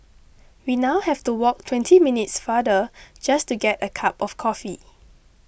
we now have to walk twenty minutes farther just to get a cup of coffee